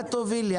את תובילי.